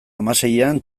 hamaseian